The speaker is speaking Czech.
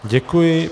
Děkuji.